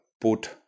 put